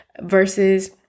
versus